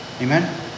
Amen